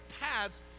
paths